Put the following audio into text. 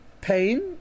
pain